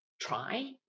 try